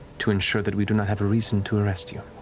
to ensure that we do not have a reason to arrest you.